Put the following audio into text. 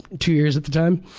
two years at the time,